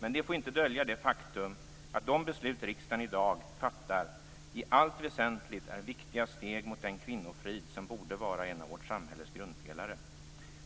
Men det får inte dölja det faktum att de beslut riksdagen i dag fattar i allt väsentligt är viktiga steg mot den kvinnofrid som borde vara en av vårt samhälles grundpelare.